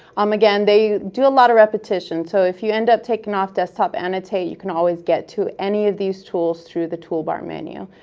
um again, they do a lot of repetitions, so if you end up taking off desktop annotate, you can always get to any of these tools through the toolbar menu.